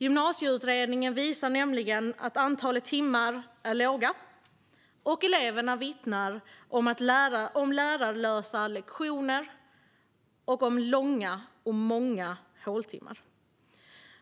Gymnasieutredningen visar nämligen att antalet timmar är lågt, och eleverna vittnar om lärarlösa lektioner och långa och många håltimmar.